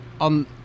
on